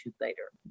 later